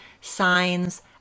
signs